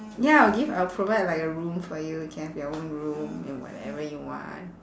ya I'll give I'll provide like a room for you you can have your own room and whatever you want